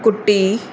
कुटी